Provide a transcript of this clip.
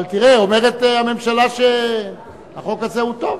אבל תראה, אומרת הממשלה שהחוק הזה הוא טוב.